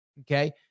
Okay